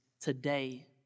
today